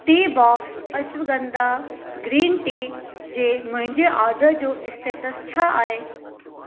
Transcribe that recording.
Teabox ashwagandha green tea जे मुंहिंजे order जो स्टेट्स छा आहे